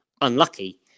unlucky